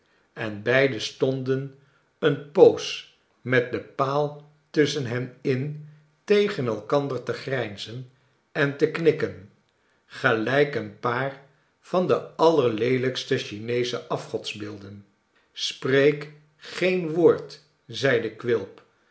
en beide stonden eene poos met den paal tusschen hen in tegen elkander te grijnzen en te knikken gelijk een paar van de allerleelijkste chineesche afgodsbeelden spreek geen woord zeide quilp